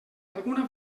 alguna